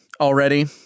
already